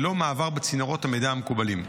ללא מעבר בצינורות המידע המקובלים.